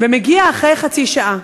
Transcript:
ומגיע אחרי חצי שעה,